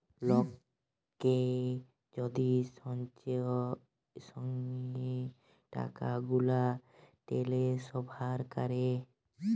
লককে যদি সঙ্গে সঙ্গে টাকাগুলা টেলেসফার ক্যরে